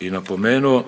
i napomenuo,